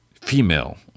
female